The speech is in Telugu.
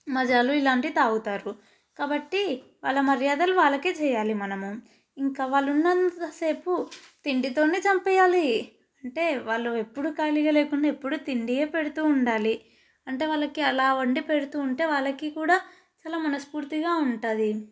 మజాలో ఇలాంటివి తాగుతారు కాబట్టి వాళ్ళ మర్యాదలు వాళ్ళకి చేయాలి మనము ఇంక వాళ్ళు ఉన్నంతసేపు తిండితో చంపేయాలి అంటే వాళ్ళు ఎప్పుడు ఖాళీగా లేకుండా ఎప్పుడు తిండియే పెడుతు ఉండాలి అంటే వాళ్ళకి అలా వండి పెడుతు ఉంటే వాళ్ళకి చాలా మనస్ఫూర్తిగా ఉంటుంది